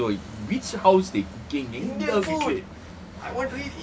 ya I've been thinking also which house they cooking